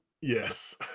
Yes